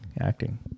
acting